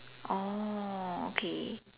okay